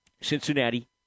Cincinnati